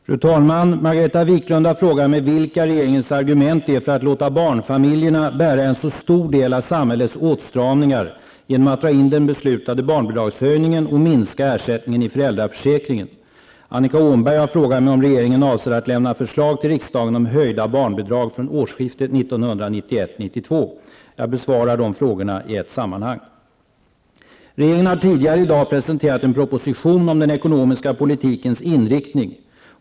Fru talman! Margareta Viklund har frågat mig vilka regeringens argument är för att låta barnfamiljerna bära en så stor del av samhällets åtstramningar genom att dra in den beslutade barnbidragshöjningen och minska ersättningen i föräldraförsäkringen. Annika Åhnberg har frågat mig om regeringen avser att lämna förslag till riksdagen om höjda barnbidrag från årsskiftet 1991-1992. Jag besvarar frågorna i ett sammanhang. Regeringen har tidigare i dag presenterat en proposition om den ekonomiska politikens inriktning.